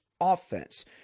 offense